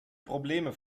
probleme